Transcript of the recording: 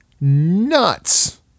nuts